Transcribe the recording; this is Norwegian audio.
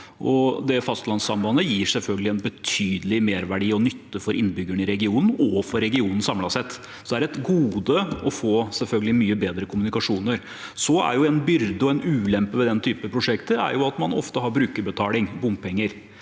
det fastlandssambandet gir selvfølgelig en betydelig merverdi og nytte for innbyggerne i regionen og for regionen samlet sett. Det er selvfølgelig et gode å få mye bedre kommunikasjoner, men en byrde og en ulempe ved den type prosjekter er at man ofte har brukerbetaling, bompenger.